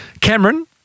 Cameron